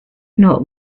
not